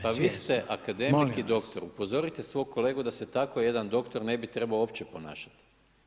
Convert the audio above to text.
pa vi ste akademik i doktor, upozorite svog kolegu da se tako jedan doktor ne bi trebao uopće ponašati.